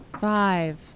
five